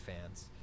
fans